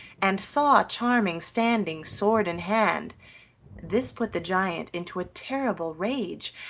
and saw charming standing, sword in hand this put the giant into a terrible rage,